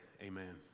Amen